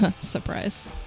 Surprise